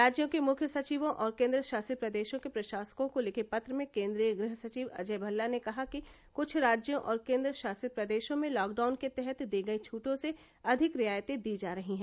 राज्यों के मुख्य सचिवों और केन्द्र शासित प्रदेशों के प्रशासकों को लिखे पत्र में केन्द्रीय गृह सचिव अजय भल्ला ने कहा कि क्छ राज्यों और केन्द्र शासित प्रदेशों में लॉकडउन के तहत दी गई छूटों से अधिक रियायतें दी जा रही हैं